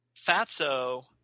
Fatso